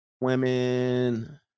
women